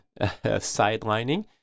sidelining